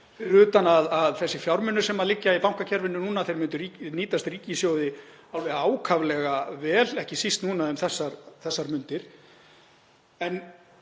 fyrir utan að þessir fjármunir sem liggja í bankakerfinu núna myndu nýtast ríkissjóði ákaflega vel, ekki síst um þessar mundir.